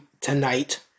tonight